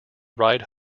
ride